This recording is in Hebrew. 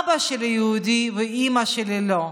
אבא שלי יהודי, ואימא שלי לא,